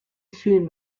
sewing